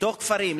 בתוך הכפרים,